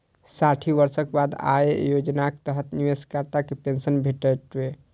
साठि वर्षक बाद अय योजनाक तहत निवेशकर्ता कें पेंशन भेटतै